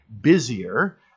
busier